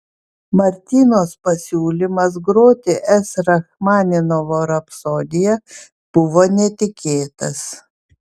martynos pasiūlymas groti s rachmaninovo rapsodiją buvo netikėtas